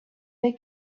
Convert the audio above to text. they